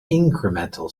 incremental